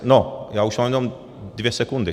No já už mám jenom dvě sekundy.